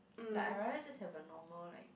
like I rather just have a normal like